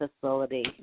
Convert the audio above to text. facility